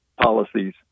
policies